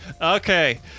Okay